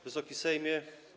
Wysoki Sejmie!